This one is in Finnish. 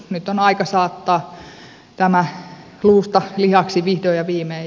nyt on aika saattaa tämä luusta lihaksi vihdoin ja viimein